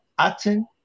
Aten